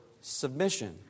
submission